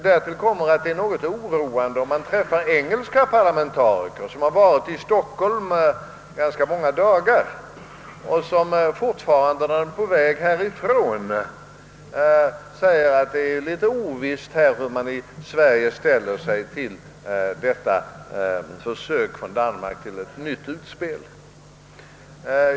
Därtill kommer att det är något oroande, att engelska parlamentariker, som varit i Stockholm ganska många dagar, när de är på väg härifrån har intrycket, att det är ovisst hur man i Sverige ställer sig till detta danska försök till ett nytt utspel.